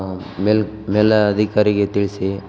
ಮೇಲ ಮೇಲ್ ಅಧಿಕಾರಿಗೆ ತಿಳಿಸಿ